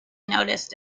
noticed